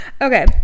Okay